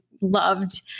loved